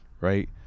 right